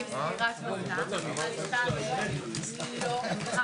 אם אתה מדבר על המגרש המפוצל וזה בהסדר,